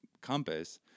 compass